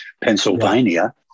Pennsylvania